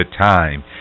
time